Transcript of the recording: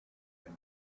and